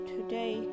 Today